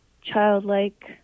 childlike